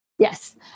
Yes